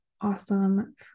awesome